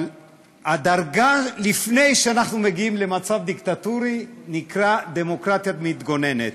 אבל הדרגה לפני שאנחנו מגיעים למצב דיקטטורי נקראת "דמוקרטיה מתגוננת",